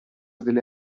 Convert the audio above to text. delle